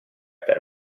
per